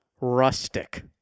rustic